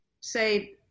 say